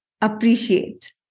appreciate